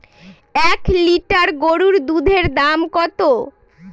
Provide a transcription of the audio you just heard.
এক লিটার গরুর দুধের দাম কত?